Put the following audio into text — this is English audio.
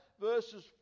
verses